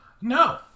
No